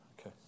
Okay